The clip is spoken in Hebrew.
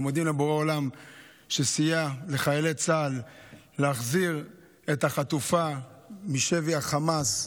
ומודים לבורא עולם שסייע לחיילי צה"ל להחזיר את החטופה משבי חמאס,